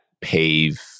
PAVE